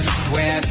sweat